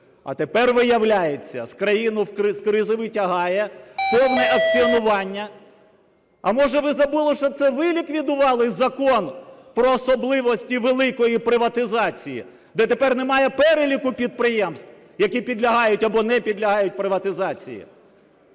А тепер, виявляється, країну з кризи витягає повне акціонування. А, може, ви забули, що це ви ліквідували Закон про особливості великої приватизації, де тепер немає переліку підприємств, які підлягають або не підлягають приватизації?